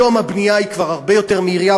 היום הבנייה היא כבר הרבה יותר מהירה,